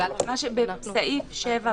סעיף 7(ב).